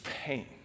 pain